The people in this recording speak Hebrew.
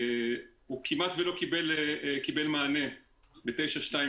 הוא כמעט ולא קיבל מענה ב-922.